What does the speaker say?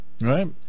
right